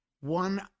One